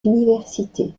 universités